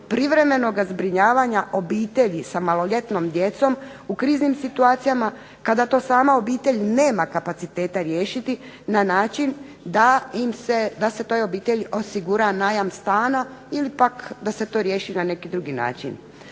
privremenoga zbrinjavanja obitelji sa maloljetnom djecom u kriznim situacijama kada to sama obitelj nema kapaciteta riješiti na način da se toj obitelji osigura najam stana ili da se to riješi na neki drugi način.